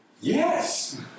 Yes